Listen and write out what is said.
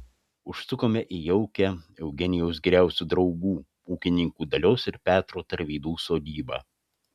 užsukome į jaukią eugenijaus geriausių draugų ūkininkų dalios ir petro tarvydų sodybą